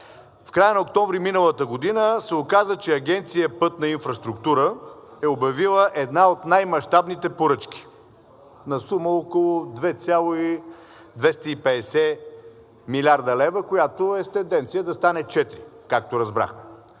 В края на октомври миналата година се оказа, че Агенция „Пътна инфраструктура“ е обявила една от най-мащабните поръчки на сума около 2,250 милиарда лева, която е с тенденция да стане четири, както разбрахме.